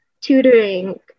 tutoring